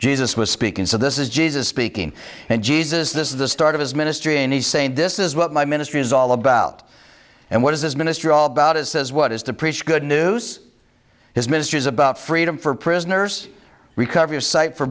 jesus was speaking so this is jesus speaking and jesus this is the start of his ministry and he's saying this is what my ministry is all about and what is this ministry all about it says what is to preach good news his ministry is about freedom for prisoners recovery of sight for